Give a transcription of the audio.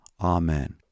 amen